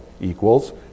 equals